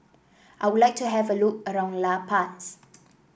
I would like to have a look around La Paz